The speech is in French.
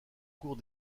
cours